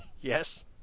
Yes